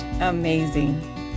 amazing